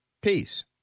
peace